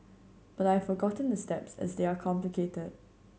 but I've forgotten the steps as they are complicated